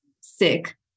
sick